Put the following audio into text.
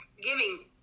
giving